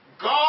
God